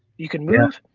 you can move,